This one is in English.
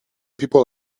people